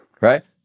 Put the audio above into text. right